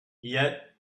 yet